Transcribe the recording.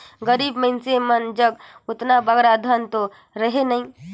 गरीब मइनसे मन जग ओतना बगरा धन दो रहें नई